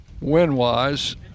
win-wise